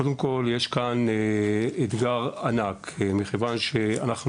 קודם כל יש כאן אתגר ענק מכיוון שאנחנו